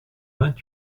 vingt